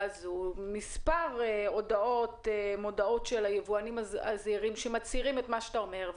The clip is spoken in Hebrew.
הזאת מספר מודעות של יבואנים זעירים שמצהירים את מה שאתה אומר,